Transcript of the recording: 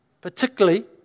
particularly